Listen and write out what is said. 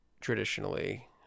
traditionally